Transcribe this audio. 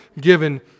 given